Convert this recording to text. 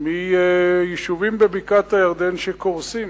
מיישובים בבקעת-הירדן, שקורסים